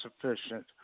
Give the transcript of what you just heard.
sufficient